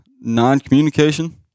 non-communication